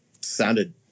sounded